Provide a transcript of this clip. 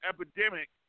epidemic